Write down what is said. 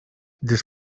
this